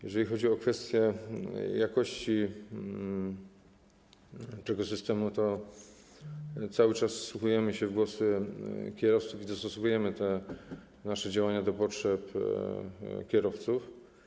Jeżeli chodzi o kwestię jakości tego systemu, to cały czas wsłuchujemy się w głosy kierowców i dostosowujemy te nasze działania do potrzeb kierowców.